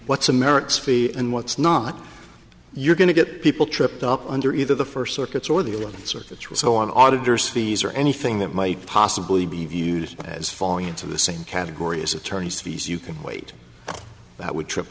what's america's fee and what's not you're going to get people tripped up under either the first circuits or the eleventh circuit or so on auditors fees or anything that might possibly be viewed as falling into the same category as attorneys fees you can wait that would trip